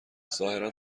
ظاهرا